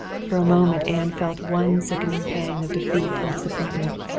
for a moment anne felt one sickening pang of defeat and disappointment.